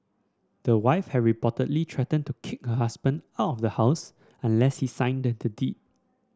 the wife had reportedly threatened to kick her husband out of the house unless he signed the deed